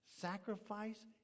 sacrifice